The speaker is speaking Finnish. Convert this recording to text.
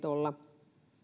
olla